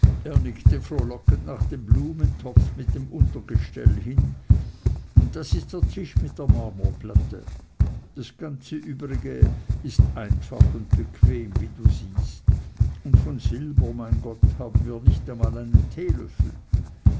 frohlockend nach dem blumentopf mit dem untergestell hin und das ist der tisch mit der marmorplatte die ganze übrige einrichtung ist einfach und bequem wie du siehst und von silber mein gott haben wir nicht einmal einen teelöffel